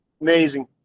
Amazing